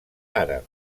àrab